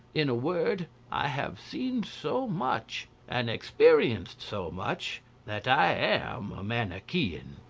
in a word i have seen so much, and experienced so much that i am a manichean.